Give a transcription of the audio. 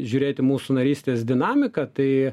žiūrėt į mūsų narystės dinamiką tai